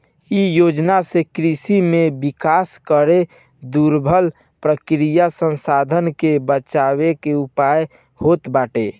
इ योजना से कृषि में विकास करके दुर्लभ प्राकृतिक संसाधन के बचावे के उयाय होत बाटे